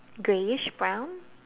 greyish brown